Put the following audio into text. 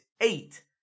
eight